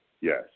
Yes